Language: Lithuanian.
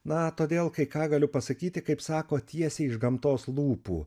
na todėl kai ką galiu pasakyti kaip sako tiesiai iš gamtos lūpų